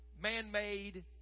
man-made